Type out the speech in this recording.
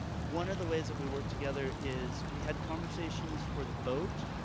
one of the ways that we work together is we had conversations for the boat,